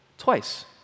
twice